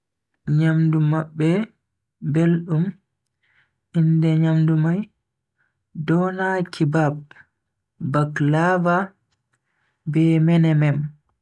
Nyamdu mabbe beldum, inde nyamdu mai doner kebab, baklava be menemen.